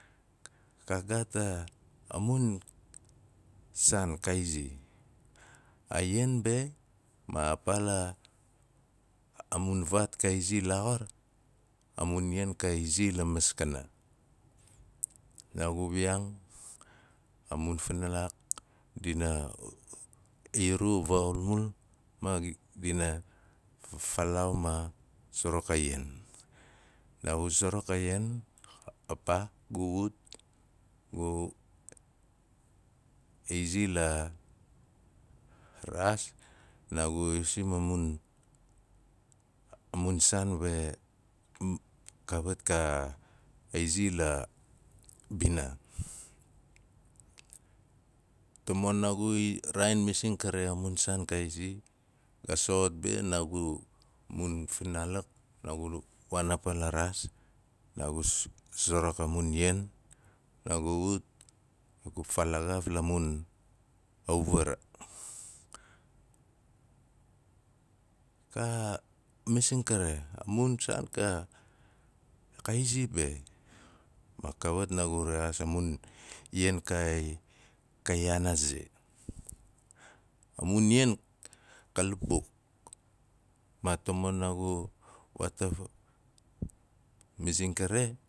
Ka gaat a mun, saan ka izi, a ian be ma paa a a mun vaat ka izi laaxar, a mun ian ka izi la maskana. Naagu wiyaang a mu funalik dina iru varaxulnulmul ma dina falaau ma suruk a ian, naaguna suruk a ian a paa naagu ut gu izi la raas naagun yusam amun, a mun saan we kawat ka izi la bina. Tamon naagu i raain masing kare a mun saan ka izi, ga soxot be naagu, a mun finaalik naagu waan a paa la raas, naagus sarak a mun ian, naagu ut faalaagaaf la munauvara. Ka, mising kare a- amun saan ka izi be ma kawat naagu rexaas a mun ian ka i yaan a ze. A mun ian ka lapuk. Ma tamon naagu